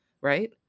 right